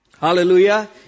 Hallelujah